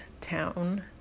town